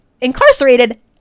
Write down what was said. incarcerated